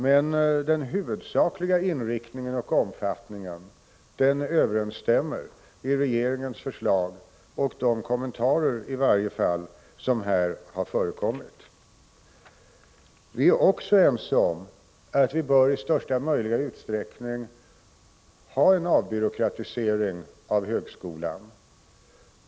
Men den huvudsakliga inriktningen och omfattningen i regeringens förslag överensstämmer med i varje fall de kommentarer som här har gjorts. Vi är också ense om att vi i största möjliga utsträckning bör få till stånd en avbyråkratisering av högskolan.